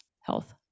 Health